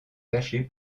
cachés